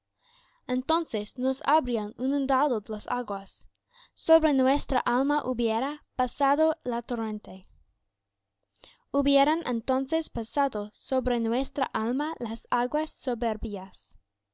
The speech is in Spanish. entonces nos habrían inundado las aguas sobre nuestra alma hubiera pasado el torrente hubieran entonces pasado sobre nuestra alma las aguas soberbias